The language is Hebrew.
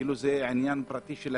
כאילו זה עניין פרטי שלהם.